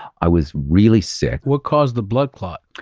i was really sick. what caused the blood clot?